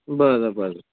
बरं बरं